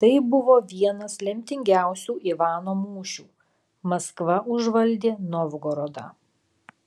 tai buvo vienas lemtingiausių ivano mūšių maskva užvaldė novgorodą